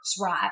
right